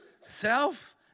Self